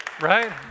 right